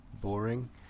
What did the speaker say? boring